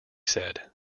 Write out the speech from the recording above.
said